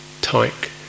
tyke